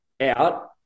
out